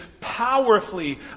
powerfully